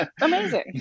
amazing